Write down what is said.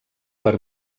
per